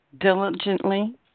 diligently